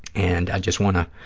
and i just want to